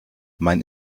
mein